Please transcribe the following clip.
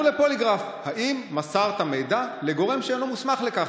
לפוליגרף: האם מסרת מידע לגורם שאינו מוסמך לכך?